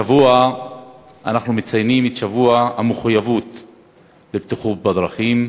השבוע אנחנו מציינים את שבוע המחויבות לבטיחות בדרכים.